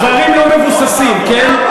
דברים לא מבוססים, כן.